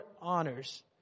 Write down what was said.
honors